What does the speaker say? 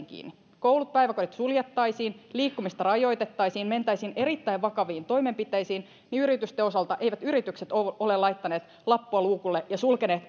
kiinni koulut päiväkodit suljettaisiin liikkumista rajoitettaisiin mentäisiin erittäin vakaviin toimenpiteisiin yritysten osalta on niin että eivät yritykset ole ole laittaneet lappua luukulle ja sulkeneet